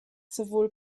sowohl